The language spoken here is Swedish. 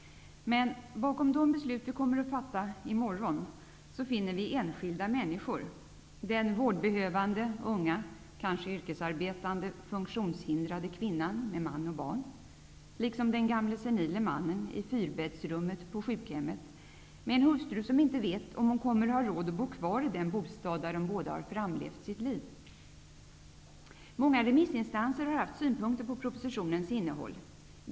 Men bakom de beslut vi kommer att fatta i morgon finner vi enskilda människor -- den vårdbehövande unga, kanske yrkesarbetande, funktionshindrade kvinnan med man och barn, liksom den gamla senile mannen i fyrbäddsrummet på sjukhemmet med en hustru som inte vet om hon kommer att ha råd att bo kvar i den bostad där de båda framlevt sitt liv. Många remissinstanser har haft synpunkter på propositionens innehåll.